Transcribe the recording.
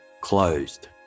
closed